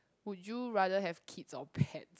would you rather have kids or pet